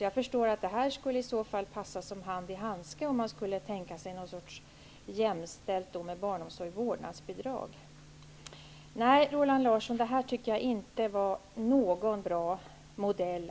Jag förstår att det skulle passa som hand i handske om man skulle tänka sig ett vårdnadsbidrag jämställt med barnomsorg. Nej, Roland Larsson, jag tycker inte alls att det här är någon bra modell.